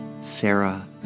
Sarah